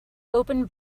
open